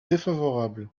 défavorable